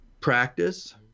practice